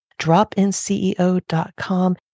dropinceo.com